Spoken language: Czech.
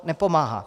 Nepomáhá.